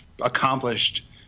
accomplished